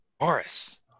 Morris